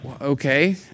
okay